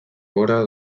gora